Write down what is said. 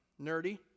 nerdy